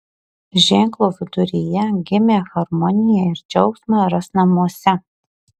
ženklo viduryje gimę harmoniją ir džiaugsmą ras namuose